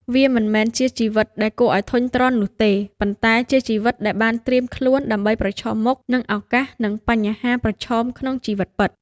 វាមិនមែនជាជីវិតដែលគួរឱ្យធុញទ្រាន់នោះទេ ប៉ុន្តែជាជីវិតដែលបានត្រៀមខ្លួនដើម្បីប្រឈមមុខនឹងឱកាសនិងបញ្ហាប្រឈមក្នុងជីវិតពិត។